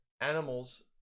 Animals